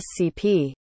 SCP